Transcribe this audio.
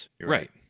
Right